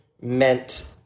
meant